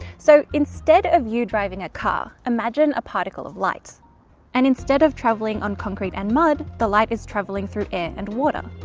so instead of you driving a car, imagine a particle of light and instead of traveling on concrete and mud the light is traveling through it and water.